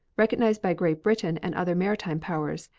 recognized by great britain and other maritime powers,